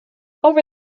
over